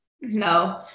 No